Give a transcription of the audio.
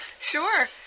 Sure